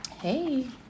Hey